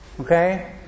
Okay